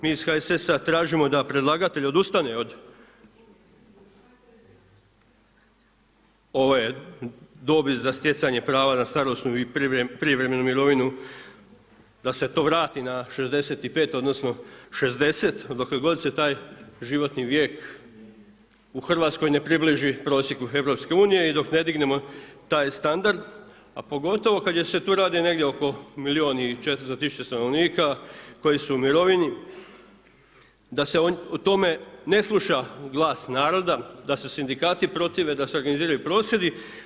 Mi iz HSS-a tražimo da predlagatelj odustane od ove dobi za stjecanje prava na starosnu i privremenu mirovinu, da se to vrati na 65 odnosno 60 dokle god se taj životni vijek u Hrvatskoj ne približi prosjeku EU i dok ne dignemo taj standard a pogotovo kada se tu radi negdje oko milijun i 400 tisuća stanovnika koji su u mirovini da se o tome ne sluša glas naroda, da se sindikati protive, da se organiziraju prosvjedi.